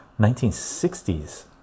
1960s